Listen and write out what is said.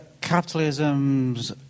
Capitalism's